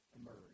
emerge